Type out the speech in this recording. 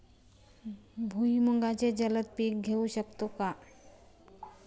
भुईमुगाचे जलद पीक घेऊ शकतो का?